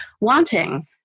wanting